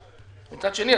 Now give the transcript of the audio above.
מצד שני,